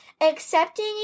accepting